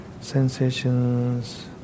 sensations